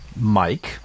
Mike